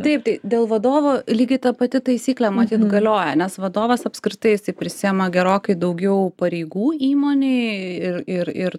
taip tai dėl vadovo lygiai ta pati taisyklė matyt galioja nes vadovas apskritai jisai prisiima gerokai daugiau pareigų įmonėje ir ir ir